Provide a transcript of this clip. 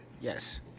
Yes